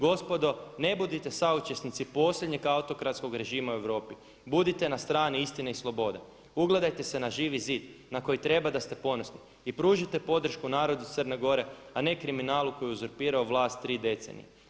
Gospodo ne budite saučesnici posljednjeg autokratskog režima u Europi, budite na strani istine i slobode, ugledajte se na Živi zid na koji treba da ste ponosni i pružite podršku narodu Crne Gore, a ne kriminalu koji je uzurpirao vlast tri decenije.